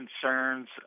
concerns